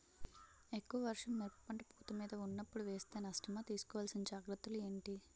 ఎక్కువ వర్షం మిరప పంట పూత మీద వున్నపుడు వేస్తే నష్టమా? తీస్కో వలసిన జాగ్రత్తలు ఏంటి?